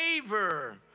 favor